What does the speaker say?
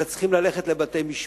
אלא צריך ללכת לבתי-משפט.